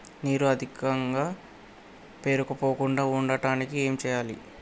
నీరు అధికంగా పేరుకుపోకుండా ఉండటానికి ఏం చేయాలి?